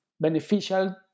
beneficial